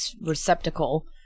receptacle